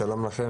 שלום לכם,